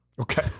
Okay